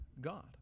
God